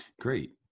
Great